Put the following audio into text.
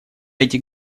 эти